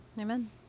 Amen